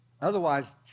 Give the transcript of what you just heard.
Otherwise